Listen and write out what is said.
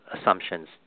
assumptions